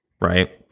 right